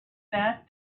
that